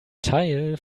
teil